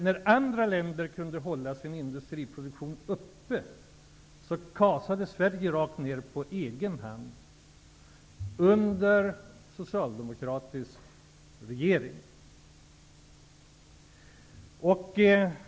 När andra länder kunde hålla sin industriproduktion uppe, kasade Sverige på egen hand under den socialdemokratiska regeringstiden rakt ner.